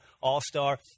all-star